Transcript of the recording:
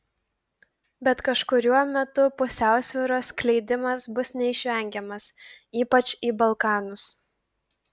bet kažkuriuo metu pusiausvyros skleidimas bus neišvengiamas ypač į balkanus